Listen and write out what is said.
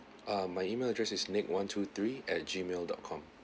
uh my email address is nick one to three at gmail dot com